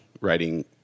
writing